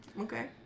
Okay